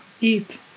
eat